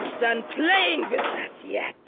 and done playing with that yet.